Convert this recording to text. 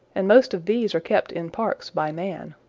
and most of these are kept in parks by man.